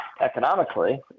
economically